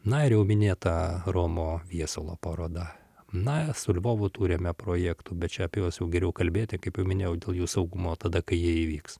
na ir jau minėta romo viesulo paroda na su lvovu turime projektų bet čia apie juos jau geriau kalbėti kaip minėjau dėl jų saugumo tada kai jie įvyks